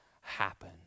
happen